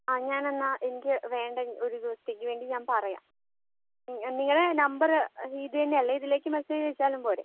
ആ ഞാൻ എന്നാൽ എനിക്ക് വേണ്ട ഒരു ദിവസത്തേക്ക് വേണ്ടി ഞാൻ പറയാം നിങ്ങളുടെ നമ്പർ ഇതു തന്നെ അല്ലേ ഇതിലേക്ക് മെസേജ് അയച്ചാലും പോരേ